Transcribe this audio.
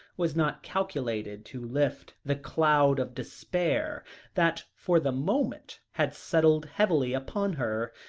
was not calculated to lift the cloud of despair that for the moment had settled heavily upon her.